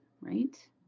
Right